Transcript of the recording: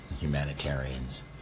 Humanitarians